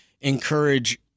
encourage